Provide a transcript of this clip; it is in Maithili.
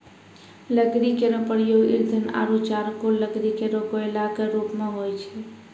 लकड़ी केरो प्रयोग ईंधन आरु चारकोल लकड़ी केरो कोयला क रुप मे होय छै